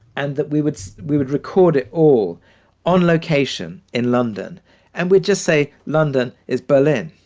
and that we would we would record it all on location in london and we'd just say london is berlin